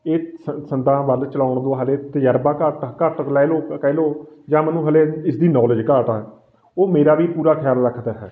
ਇਹ ਸ ਸੰਦਾਂ ਵੱਲ ਚਲਾਉਣ ਨੂੰ ਹਾਲੇ ਤਜ਼ਰਬਾ ਘੱਟ ਘੱਟ ਲੈ ਲਉ ਕਹਿ ਲਉ ਜਾਂ ਮੈਨੂੰ ਹਾਲੇ ਇਸ ਦੀ ਨੌਲੇਜ ਘਾਟ ਆ ਉਹ ਮੇਰਾ ਵੀ ਪੂਰਾ ਖਿਆਲ ਰੱਖਦਾ ਹੈ